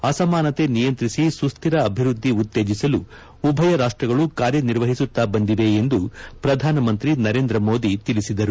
ಅಸಮಾನತೆ ನಿಯಂತ್ರಿಸಿ ಸುಶ್ರಿ ಅಭಿವೃದ್ಧಿ ಉತ್ತೇಜಿಸಲು ಉಭಯ ರಾಷ್ಟಗಳು ಕಾರ್ಯನಿರ್ವಹಿಸುತ್ತಾ ಬಂದಿವೆ ಎಂದು ಪ್ರಧಾನಮಂತ್ರಿ ಮೋದಿ ಅವರು ತಿಳಿಸಿದರು